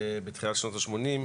בתחילת שנות השמונים,